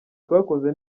twakoze